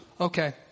Okay